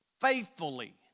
faithfully